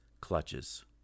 clutches